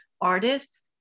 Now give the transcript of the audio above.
artists